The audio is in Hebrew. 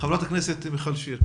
חברת הכנסת מיכל שיר.